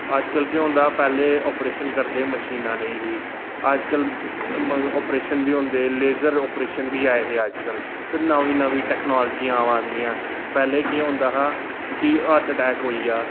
अजकल केह् होंदा पैहलें आपरेशन करदे हे मशीनां नेईं ही अजकल ऑपरेशन बी होंदे लेजर ऑपरेशन बी आए दे अजकल ते नमीं नमीं टेकनालजियां आवा दियां पैहलें केह् होंदा हा कि हार्ट अटैक होई गेआ